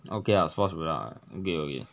okay lah sports product ah okay okay